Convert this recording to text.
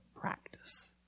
practice